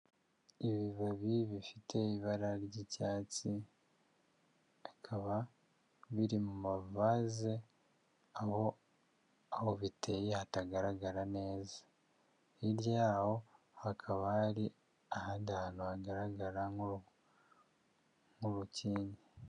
Ibibabi bifite ibara ry'icyatsi bikaba biri mu mavaze, aho aho biteye hatagaragara neza hirya yaho hakaba hari ahandi ahantu hagaragara nk'urukingi.